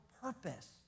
purpose